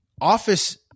office